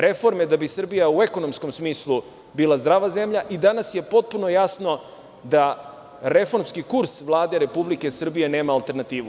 Reforme da bi Srbija u ekonomskom smislu bila zdrava zemlja i danas je potpuno jasno da reformski kurs Vlade Republike Srbije nema alternativu.